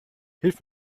hilf